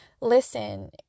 listen